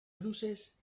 cruces